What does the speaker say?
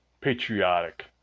patriotic